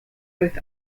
both